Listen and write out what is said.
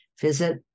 Visit